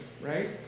right